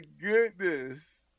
goodness